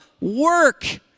work